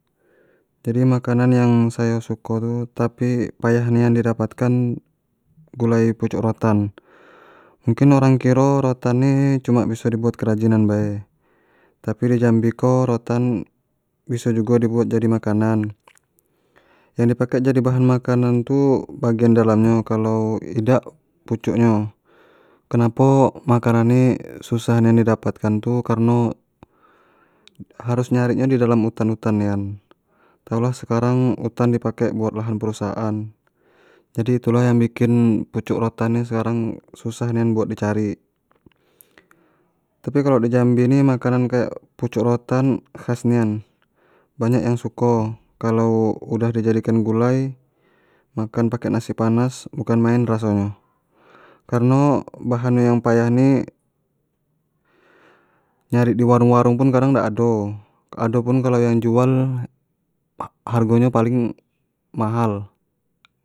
Jadi makanan yang sayo suko tu tapi payah nian di dapat kan gulai pucuk rotan, mungkin orang kiro rotan ni cuma biso di buat kerajinan bae tapi di jambi ko rotan biso jugo di buat jadi makanan yang di pake jadi bahan makanan tu bagian dalam nyo kalau idak pucuk nyo kenapo makanan ni susah nian di dapat kan tu kareno harius nyari nyo tu di dalam hutan-hutan nian, tau lah sekarang hutan di pake buat lahan perusahaan jadi itulah yang bikin pucuk rotan ni sekarang susah nian buat di cari. Tapi, kalo di jambi ni makanan kayak pucuk rotan khas nian, banyak yang suko kalo udah di jadikan gulai makan pake nasi panas bukan maen raso nyo, kareno bahan nyo yang payah ni nyari di warung-warung pun kadang dak ado, ado pun kalau yang jual hargpo nyo paling mahal.